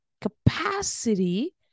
capacity